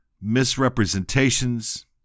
misrepresentations